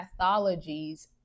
pathologies